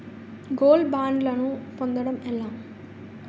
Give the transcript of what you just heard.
Gold బ్యాండ్లను పొందటం ఎలా?